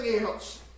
else